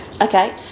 okay